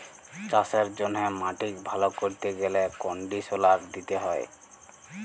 চাষের জ্যনহে মাটিক ভাল ক্যরতে গ্যালে কনডিসলার দিতে হয়